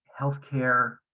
healthcare